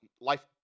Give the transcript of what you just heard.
life